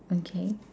okay